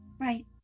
Right